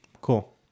Cool